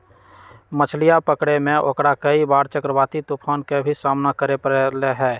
मछलीया पकड़े में ओकरा कई बार चक्रवाती तूफान के भी सामना करे पड़ले है